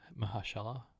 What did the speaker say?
Mahashala